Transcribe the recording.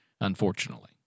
unfortunately